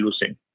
losing